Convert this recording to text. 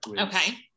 Okay